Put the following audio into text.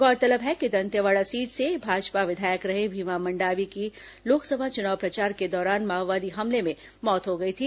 गौरतलब है कि दंतेवाड़ा सीट से भाजपा विधायक रहे भीमा मंडावी की लोकसभा चुनाव प्रचार के दौरान माओवादी हमले में मौत हो गई थी